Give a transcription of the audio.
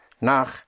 Nach